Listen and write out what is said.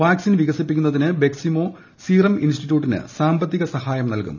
vaccine വിക്സിപ്പിക്കുന്നതിന് ബെക്സിമോ സീറം ഇൻസ്റ്റിറ്റ്യൂട്ടിന് സാമ്പിത്തിക് സഹായം നൽകും